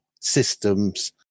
systems